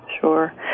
sure